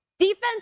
Defense